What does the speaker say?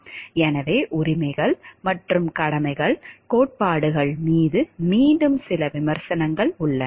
எனவே உரிமைகள் மற்றும் கடமைகள் கோட்பாடுகள் மீது மீண்டும் சில விமர்சனங்கள் உள்ளன